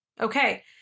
Okay